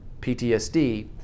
PTSD